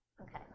Okay